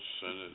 Senate